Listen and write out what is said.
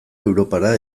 europara